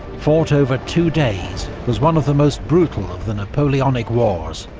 fought over two days, was one of the most brutal of the napoleonic wars,